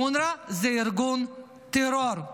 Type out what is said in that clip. אונר"א זה ארגון טרור,